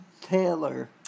Taylor